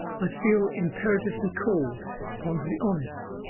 i feel imperatively called upon to be honest,